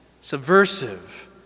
subversive